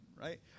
right